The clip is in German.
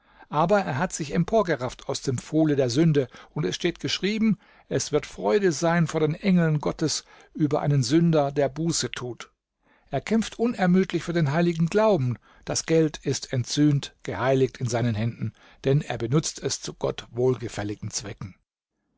aber er hat sich emporgerafft aus dem pfuhle der sünde und es steht geschrieben es wird freude sein vor den engeln gottes über einen sünder der buße thut er kämpft unermüdlich für den heiligen glauben das geld ist entsühnt geheiligt in seinen händen denn er benutzt es zu gott wohlgefälligen zwecken